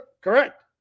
Correct